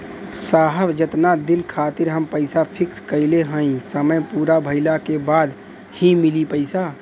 साहब जेतना दिन खातिर हम पैसा फिक्स करले हई समय पूरा भइले के बाद ही मिली पैसा?